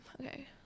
Okay